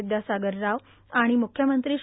विद्यासागर राव आर्गाण मुख्यमंत्री श्री